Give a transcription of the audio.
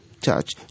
touch